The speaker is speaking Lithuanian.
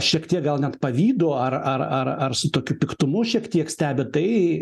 šiek tiek gal net pavydu ar ar ar ar su tokiu piktumu šiek tiek stebi tai